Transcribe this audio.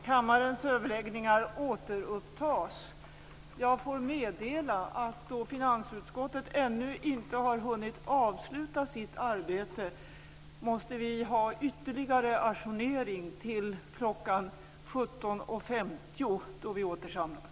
Jag får meddela att då finansutskottet ännu inte har hunnit avsluta sitt arbete måste vi ha ytterligare ajournering till kl. 17.50, då vi återsamlas.